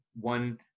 one